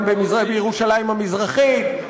גם בירושלים המזרחית,